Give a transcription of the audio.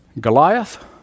Goliath